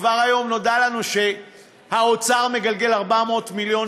וכבר היום נודע לנו שהאוצר מגלגל 400 מיליון